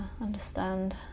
understand